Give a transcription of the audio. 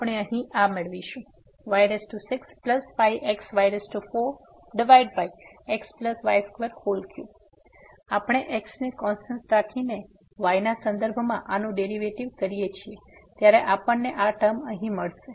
આપણે અહીં આ મેળવીશું y65xy4xy23 જ્યારે આપણે x ને કોન્સ્ટન્ટ રાખીને y ના સંદર્ભમાં આનું ડેરીવેટીવ કરીએ છીએ ત્યારે આપણને આ ટર્મ અહીં મળશે